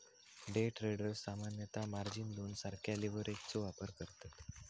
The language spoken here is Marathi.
डे ट्रेडर्स सामान्यतः मार्जिन लोनसारख्या लीव्हरेजचो वापर करतत